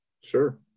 Sure